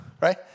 right